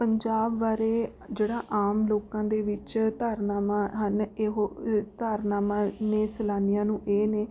ਪੰਜਾਬ ਬਾਰੇ ਜਿਹੜਾ ਆਮ ਲੋਕਾਂ ਦੇ ਵਿੱਚ ਧਾਰਨਾਵਾਂ ਹਨ ਇਹੋ ਧਾਰਨਾਵਾਂ ਨੇ ਸੈਲਾਨੀਆਂ ਨੂੰ ਇਹ ਨੇ